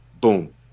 boom